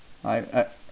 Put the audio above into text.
I I